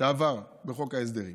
שעבר בחוק ההסדרים.